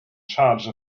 charge